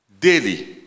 daily